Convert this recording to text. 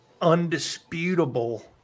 undisputable